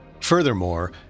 Furthermore